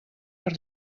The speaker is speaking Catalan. per